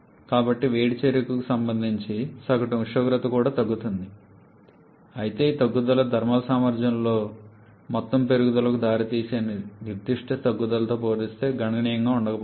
కాబట్టి వేడి చేరికకు సంబంధించిన సగటు ఉష్ణోగ్రత కూడా తగ్గుతోంది అయితే ఈ తగ్గుదల థర్మల్ సామర్థ్యంలో మొత్తం పెరుగుదలకు దారితీసే నిర్దిష్ట తగ్గుదలతో పోలిస్తే గణనీయంగా ఉండకపోవచ్చు